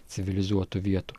civilizuotų vietų